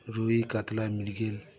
রুই কাতলা মৃগেল